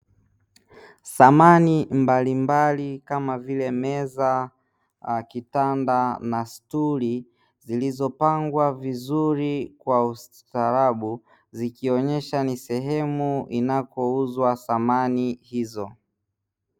Samani mbalimbali kama vile meza, kitanda na sturi zilizopangwa vizuri kwa ustaarabu, zikionyesha ni sehemu inakouzwa samani hizo.